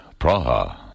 Praha